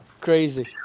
crazy